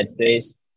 Headspace